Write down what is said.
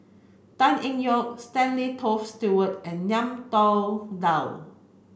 Tan Eng Yoon Stanley Toft Stewart and Ngiam Tong Dow